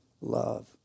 love